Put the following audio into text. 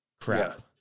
Crap